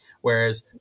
Whereas